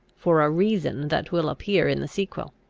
for a reason that will appear in the sequel.